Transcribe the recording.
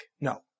No